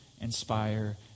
inspire